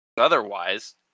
Otherwise